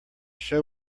show